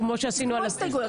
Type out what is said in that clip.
כמו הסתייגויות.